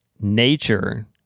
nature